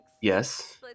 Yes